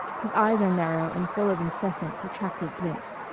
his eyes are narrow and full of incessant, protracted blinks.